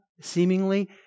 seemingly